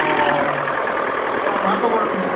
अ मा खबर नोंनिया